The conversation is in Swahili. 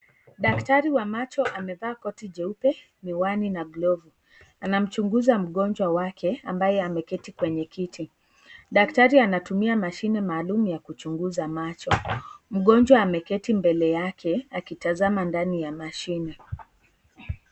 Daktari wa macho amevaa koti jeupe , miwani na glovu anamchunguza mgonjwa wake ambaye ameketi kwenye kiti . Daktari anatumia mashine ya kuchunguza macho. Mgonjwa ameketi mbele yake akitazama ndani ya mashine.